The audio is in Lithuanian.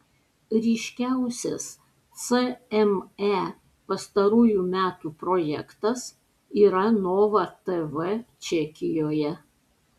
ryškiausias cme pastarųjų metų projektas yra nova tv čekijoje